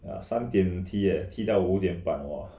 ya 三点踢 eh 踢到五点半 !whoa!